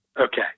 Okay